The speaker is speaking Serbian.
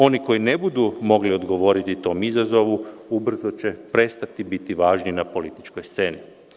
Oni koji ne budu mogli odgovoriti tom izazovu ubrzo će prestati biti važni na političkoj sceni.